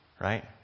Right